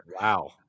Wow